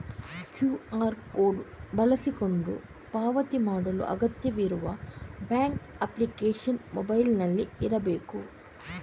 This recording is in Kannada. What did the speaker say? ಕ್ಯೂಆರ್ ಕೋಡು ಬಳಸಿಕೊಂಡು ಪಾವತಿ ಮಾಡಲು ಅಗತ್ಯವಿರುವ ಬ್ಯಾಂಕ್ ಅಪ್ಲಿಕೇಶನ್ ಮೊಬೈಲಿನಲ್ಲಿ ಇರ್ಬೇಕು